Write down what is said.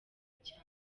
cyane